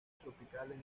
tropicales